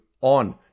on